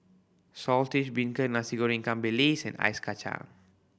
Saltish Beancurd Nasi Goreng ikan bilis and ice kacang